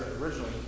originally